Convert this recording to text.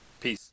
Peace